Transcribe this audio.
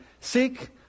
Seek